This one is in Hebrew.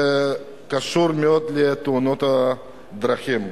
וקשורה מאוד לתאונות הדרכים.